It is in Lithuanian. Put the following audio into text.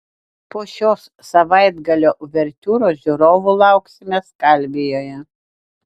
po šios savaitgalio uvertiūros žiūrovų lauksime skalvijoje